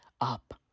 up